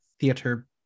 Theater